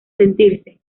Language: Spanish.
sentirse